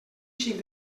xic